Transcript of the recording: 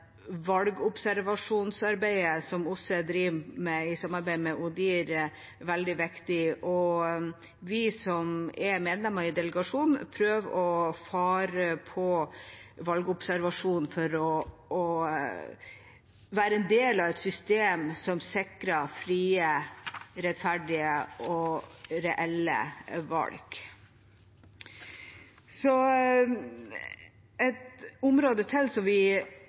valgobservasjonsarbeidet som OSSE driver med i samarbeid med ODIHR, veldig viktig, og vi som er medlemmer i delegasjonen, prøver å reise og være med på valgobservasjon for å være en del av et system som sikrer frie, rettferdige og reelle valg. Et område til som vi